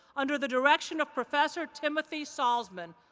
under the direction of professor timothy salzman.